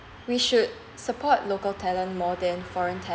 we should support local talent more than foreign